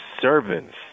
servants